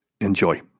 Enjoy